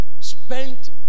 spent